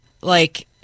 like-